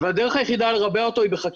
והדרך היחידה לרבע אותו היא בחקיקה,